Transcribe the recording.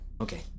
Okay